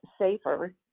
safer